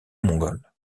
mongols